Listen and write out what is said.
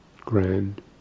grand